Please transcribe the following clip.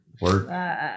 Work